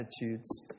attitudes